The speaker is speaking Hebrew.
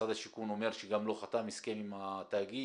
משרד השיכון אומר שגם לא חתם הסכם עם התאגיד,